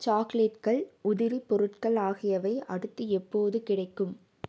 சாக்லேட்கள் உதிரி பொருட்கள் ஆகியவை அடுத்து எப்போது கிடைக்கும்